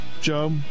Joe